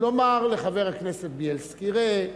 לומר לחבר הכנסת בילסקי: ראה,